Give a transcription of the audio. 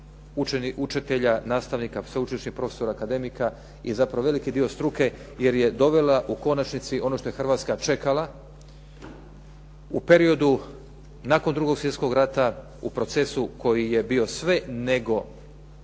učitelja, nastavnika, sveučilišnih profesora, akademika i zapravo veliki dio struke jer je dovela u konačnici ono što je Hrvatska čekala, u periodu nakon 2. svjetskog rata, u procesu koji je bio sve samo